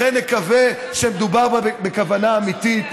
לכן נקווה שמדובר בכוונה אמיתית.